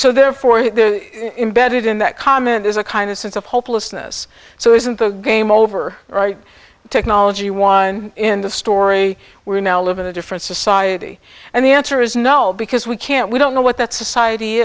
so therefore imbedded in that comment there's a kind of sense of hopelessness so isn't the game over right technology one in the story we're now living a different society and the answer is no because we can't we don't know what that society